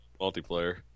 Multiplayer